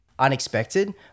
unexpected